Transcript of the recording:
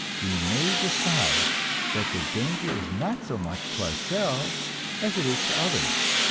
we may decide that the danger is not so much to ourselves as it is to others.